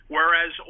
Whereas